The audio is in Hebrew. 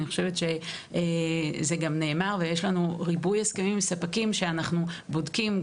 אני חושבת שזה גם נאמר ויש לנו ריבוי הסכמים עם ספקים שאנחנו בודקים,